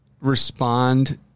respond